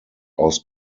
aus